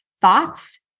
thoughts